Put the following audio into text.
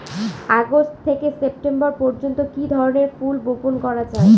August থেকে September পর্যন্ত কি ধরনের ফুল বপন করা যায়?